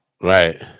right